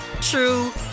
true